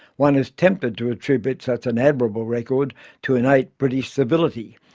one is tempted to attribute such an admirable record to innate british civility,